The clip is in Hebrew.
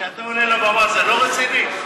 כשאתה עולה לבמה, זה לא רציני?